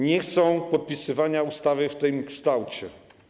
Nie chcą podpisywania ustawy w tym kształcie.